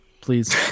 Please